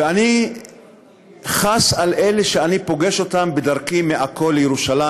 ואני חס על אלה שאני פוגש אותם בדרכי מעכו לירושלים.